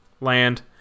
land